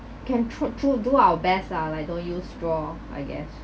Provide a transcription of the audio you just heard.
can true true do our best lah like don't use straw I guess